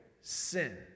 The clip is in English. sin